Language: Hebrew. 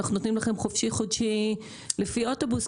אנחנו נותנים לכם חופשי-חודשי לפי אוטובוס,